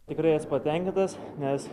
tikrai esu patenkintas nes